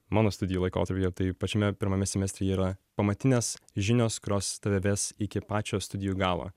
mano studijų laikotarpyje tai pačiame pirmame semestre yra pamatinės žinios kurios tave ves iki pačio studijų galo